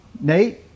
Nate